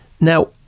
Now